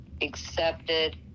accepted